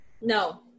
No